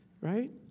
right